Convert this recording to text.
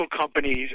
companies